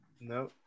No